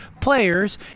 players